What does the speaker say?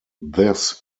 this